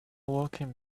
walking